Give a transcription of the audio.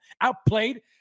outplayed